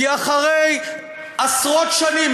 כי אחרי עשרות שנים,